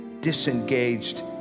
disengaged